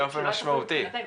באופן משמעותי,